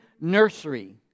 nursery